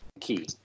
key